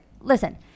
listen